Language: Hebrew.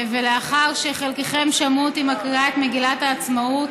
ולאחר שחלקכם שמעו אותי מקריאה את מגילת העצמאות,